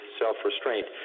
self-restraint